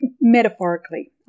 metaphorically